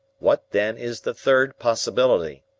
what, then, is the third possibility?